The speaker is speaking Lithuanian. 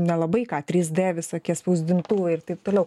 nelabai ką trys d visokie spausdintuvai ir taip toliau